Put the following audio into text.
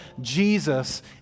Jesus